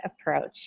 approach